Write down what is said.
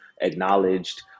acknowledged